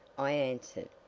i answered.